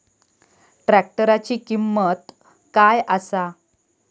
ट्रॅक्टराची किंमत काय आसा?